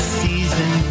season